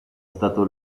stato